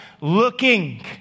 looking